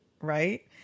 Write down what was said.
right